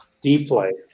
deflate